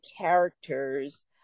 characters